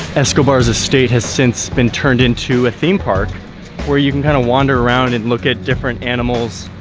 escobar's estate has since been turned into a theme park where you can kind of wander around and look at different animals.